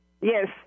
Yes